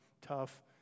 tough